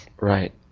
Right